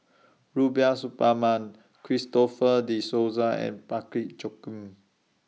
Rubiah Suparman Christopher De Souza and Parsick Joaquim